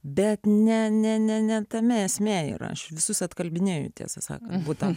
bet ne ne ne ne tame esmė ir aš visus atkalbinėju tiesą sakant būtent